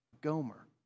Gomer